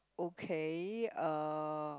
okay uh